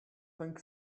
think